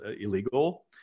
illegal